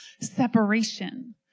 separation